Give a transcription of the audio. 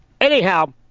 Anyhow